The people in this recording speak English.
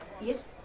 Yes